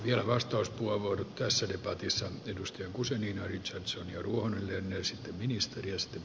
ja vastaus puavo että selibaatissa edusti kusi niin yks sun jarru on lähti liikkeelle